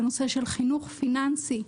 לנושא של חינוך פיננסי.